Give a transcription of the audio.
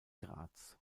graz